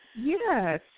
Yes